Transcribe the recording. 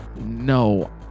No